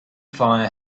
fire